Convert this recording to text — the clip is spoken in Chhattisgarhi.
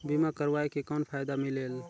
बीमा करवाय के कौन फाइदा मिलेल?